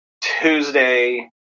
Tuesday